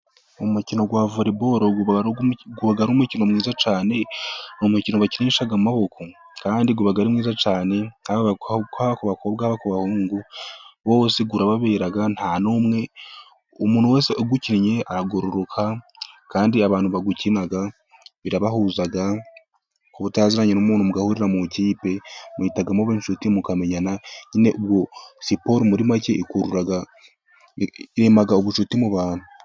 Umukino wa voreboro uba ari umukino mwiza cyane. Ni umukino bakinisha amaboko, kandi uba ari mwiza cyane haba ku bakobwa, haba ku bahungu. Bose urababera, nta n'umwe, umuntu wese uwukinnye aragororoka, kandi abantu bawukina birabahuza. Kuba utaziranye n'umuntu mugahurira mu ikipe, muhita muba inshuti mukamenyana. Nyine siporo muri make irema ubucuti mu bantu.